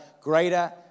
greater